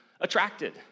attracted